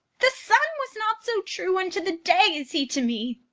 the sun was not so true unto the day as he to me.